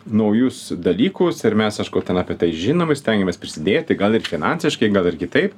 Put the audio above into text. naujus dalykus ir mes aišku ten apie tai žinom i stengiamės prisidėti gal ir finansiškai gal ir kitaip